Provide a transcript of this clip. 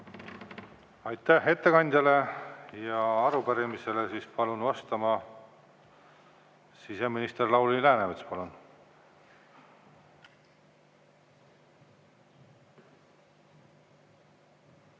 Aitäh ettekandjale! Ja arupärimisele palun vastama siseminister Lauri Läänemetsa.